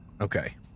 Okay